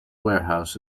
warehouse